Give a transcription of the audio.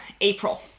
April